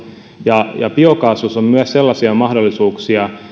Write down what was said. ja ja biokaasussa on myös sellaisia mahdollisuuksia